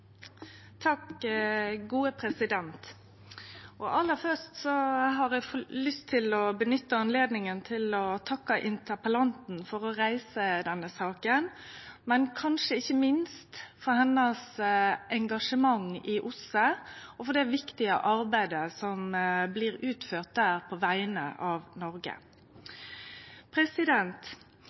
Aller først har eg lyst til å bruke anledninga til å takke interpellanten for å reise denne saka, kanskje ikkje minst for engasjementet hennar i OSSE og for det viktige arbeidet som blir utført der på vegner av Noreg. I talen sin i ministerrådet i OSSE PA i desember minna president